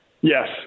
Yes